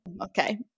okay